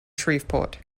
shreveport